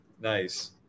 nice